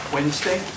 Wednesday